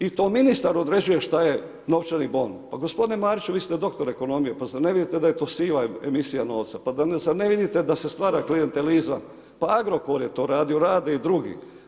I to ministar određuje šta je novčani bon, pa g. Mariću, vi ste doktor ekonomije, pa zar ne vidite da je to siva emisija novca, zar ne vidite da se stvara klijentizam, pa Agrokor je to radio, rade i drugi.